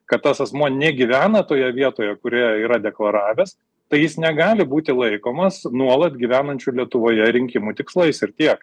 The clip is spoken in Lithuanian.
kad tas asmuo negyvena toje vietoje kurioje yra deklaravęs tai jis negali būti laikomas nuolat gyvenančiu lietuvoje rinkimų tikslais ir tiek